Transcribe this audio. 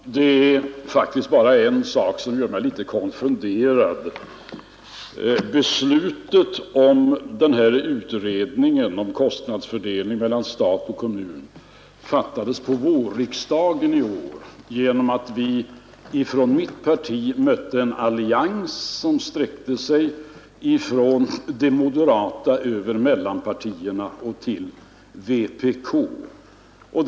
Herr talman! Det är faktiskt bara en sak som gör mig något konfunderad. Beslutet om utredning av kostnadsfördelningen mellan stat och kommun fattades under vårriksdagen i år genom att mitt parti mötte en allians som sträckte sig från de moderata över mellanpartierna till vänsterpartiet kommunisterna.